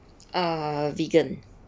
uh vegan